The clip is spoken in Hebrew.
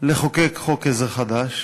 לחוקק חוק-עזר חדש?